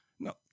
No